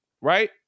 Right